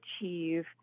achieve